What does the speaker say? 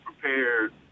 prepared